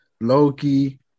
Loki